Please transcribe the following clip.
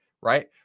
right